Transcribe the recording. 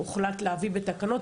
הוחלט להביא את זה בתקנות,